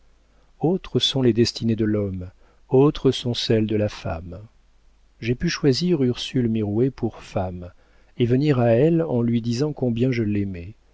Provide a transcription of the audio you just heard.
autres sont les destinées de l'homme autres sont celles de la femme j'ai pu choisir ursule mirouët pour femme et venir à elle en lui disant combien je l'aimais